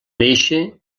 néixer